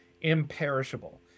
imperishable